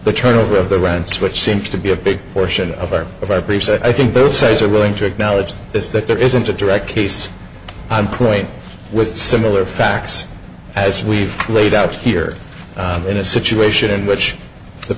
the turnover of the rents which seems to be a big portion of our of our peace that i think both sides are willing to acknowledge is that there isn't a direct case i'm playing with similar facts as we've laid out here in a situation in which the